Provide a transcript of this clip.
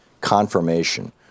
confirmation